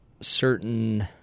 certain